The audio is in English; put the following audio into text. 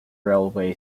railway